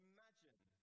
Imagine